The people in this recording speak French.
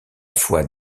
fois